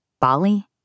Bali